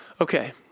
Okay